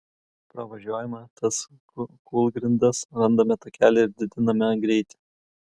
pravažiuojame tas kūlgrindas randame takelį ir didiname greitį